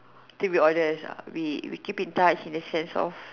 to be honest ah we we keep in touch in a sense of